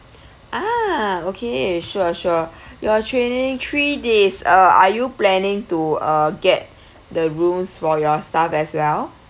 a'ah okay sure sure you are training three days uh are you planning to uh get the rooms for your stuff as well